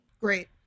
Great